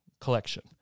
collection